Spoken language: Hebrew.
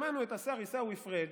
שמענו את השר עיסאווי פריג'